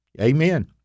Amen